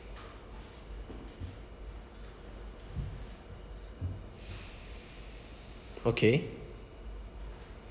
okay